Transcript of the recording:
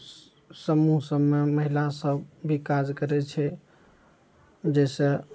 समूह सबमे महिला सब भी काज करय छै जैसे